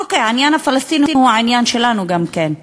אוקיי, העניין הפלסטיני הוא העניין שלנו גם כן.